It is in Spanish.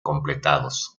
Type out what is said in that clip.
completados